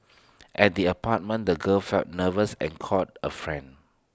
at the apartment the girl felt nervous and called A friend